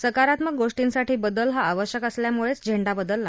सकारात्मक गोर्टीसाठी बदल हा आवश्यक असल्यामुळेच झेंडा बदलला